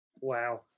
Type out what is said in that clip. Wow